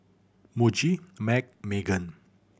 Muji MAG Megan